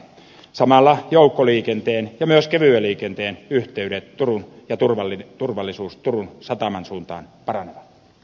samalla joukkoliikenteen ja myös kevyen liikenteen yh teydet ja turvallisuus turun sataman suuntaan paranneta